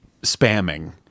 spamming